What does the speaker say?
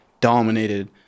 dominated